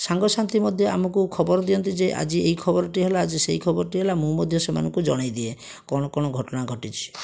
ସାଙ୍ଗସାଥି ମଧ୍ୟ ଆମକୁ ଖବର ଦିଅନ୍ତି ଯେ ଆଜି ଏଇ ଖବରଟି ହେଲା ଆଜି ସେଇ ଖବରଟି ହେଲା ମୁଁ ମଧ୍ୟ ସେମାନଙ୍କୁ ଜଣେଇଦିଏ କ'ଣ କ'ଣ ଘଟଣା ଘଟିଛି